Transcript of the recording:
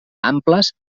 amples